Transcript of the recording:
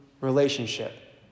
relationship